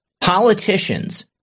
Politicians